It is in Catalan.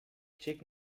xic